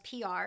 PR